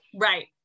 Right